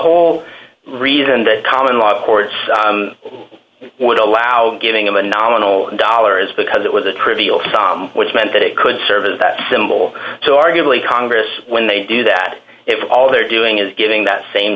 whole reason that common law courts would allow giving him a nominal dollar is because it was a trivial which meant that it could serve as that symbol to arguably congress when they do that if all they're doing is getting that same